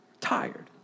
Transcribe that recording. tired